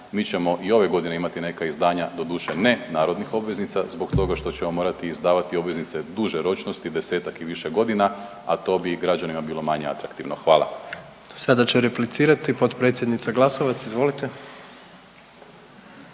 mi ćemo i ove godine imati neka izdanja, doduše ne narodnih obveznica zbog toga što ćemo morati izdavati obveznice duže ročnosti, desetak i više godina, a to bi građanima bilo manje atraktivno. Hvala. **Jandroković, Gordan (HDZ)** Sada će replicirati potpredsjednica Glasovac. Izvolite.